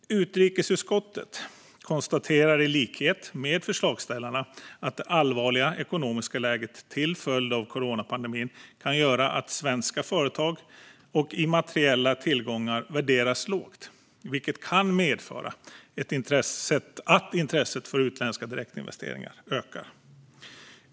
Utrikesutskottet konstaterar i likhet med förslagsställarna att det allvarliga ekonomiska läget till följd av coronapandemin kan göra att svenska företag och immateriella tillgångar värderas lågt, vilket kan medföra att intresset för utländska direktinvesteringar ökar.